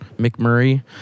McMurray